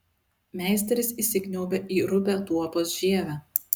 meisteris įsikniaubia į rupią tuopos žievę